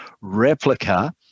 replica